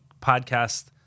podcast